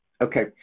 Okay